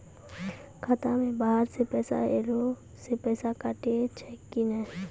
खाता मे बाहर से पैसा ऐलो से पैसा कटै छै कि नै?